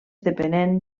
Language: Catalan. depenent